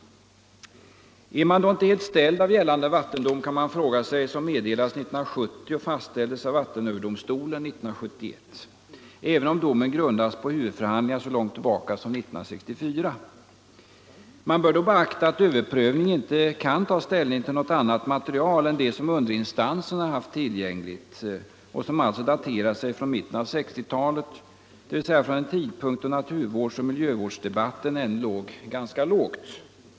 Är man då inte helt ställd av gällande vattendom, som meddelades 1970 och fastställdes av vattenöverdomstolen 1971 — även om domen grundades på huvudförhandlingar så långt tillbaka som 1964? Vi bör då beakta att det vid överprövningen inte gick att ta ställning till något annat material än det som underinstansen hade haft tillgängligt och som alltså daterar sig från mitten av 1960-talet, dvs. från en tidpunkt då naturvårdsoch miljövårdsdebatten ännu låg ganska lågt.